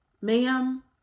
Ma'am